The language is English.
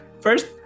first